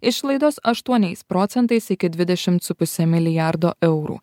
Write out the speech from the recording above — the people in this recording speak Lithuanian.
išlaidos aštuoniais procentais iki dvidešimt su puse milijardo eurų